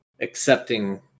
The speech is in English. accepting